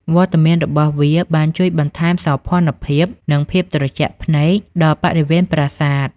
វត្តមានរបស់វាបានជួយ បន្ថែមសោភ័ណភាព និងភាពត្រជាក់ភ្នែក ដល់បរិវេណប្រាសាទ។